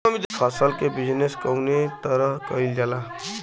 फसल क बिजनेस कउने तरह कईल जाला?